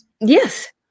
Yes